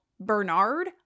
bernard